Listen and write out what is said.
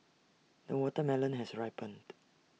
the watermelon has ripened